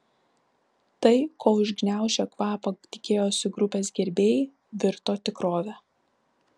tai ko užgniaužę kvapą tikėjosi grupės gerbėjai virto tikrove